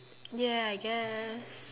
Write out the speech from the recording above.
ya I guess